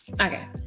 Okay